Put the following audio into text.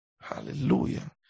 Hallelujah